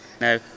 no